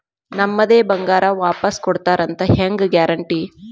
ನಮ್ಮದೇ ಬಂಗಾರ ವಾಪಸ್ ಕೊಡ್ತಾರಂತ ಹೆಂಗ್ ಗ್ಯಾರಂಟಿ?